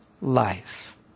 life